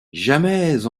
jamais